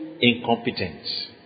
incompetent